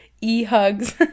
e-hugs